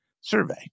survey